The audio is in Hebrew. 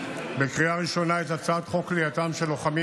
בקריאה ראשונה את הצעת חוק כליאתם של לוחמים